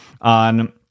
on